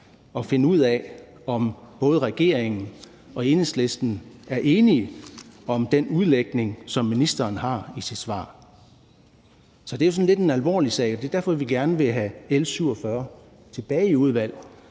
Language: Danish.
og finde ud af, om både regeringen og Enhedslisten er enige om den udlægning, som ministeren har i sit svar. Så det er jo sådan lidt en alvorlig sag. Det er derfor, vi gerne vil have L 47 tilbage i udvalget.